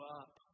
up